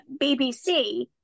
BBC